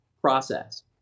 process